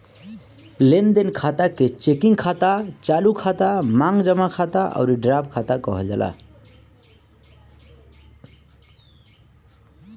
लेनदेन खाता के चेकिंग खाता, चालू खाता, मांग जमा खाता अउरी ड्राफ्ट खाता कहल जाला